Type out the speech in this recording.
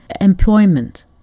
employment